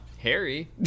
Harry